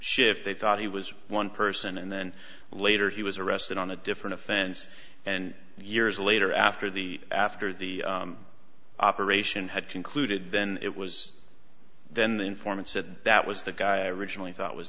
shift they thought he was one person and then later he was arrested on a different offense and years later after the after the operation had concluded then it was then the informant said that was the guy i originally thought was